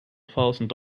thousand